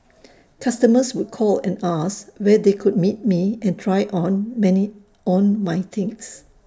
customers would call and ask where they could meet me and try on many on my things